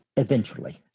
eventually.